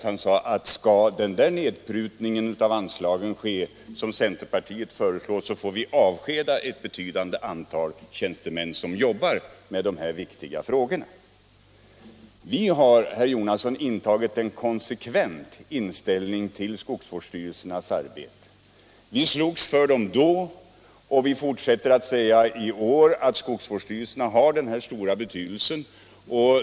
Han sade att skall den nedprutning av anslagen ske som centerpartiet föreslår, så får vi avskeda ett betydande antal tjänstemän som jobbar med dessa viktiga frågor. Vi har, herr Jonasson, haft en konsekvent inställning till skogsvårdsstyrelsernas arbete. Vi slogs för dem då, och i år fortsätter vi att säga att skogsvårdsstyrelserna har denna stora betydelse.